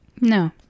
no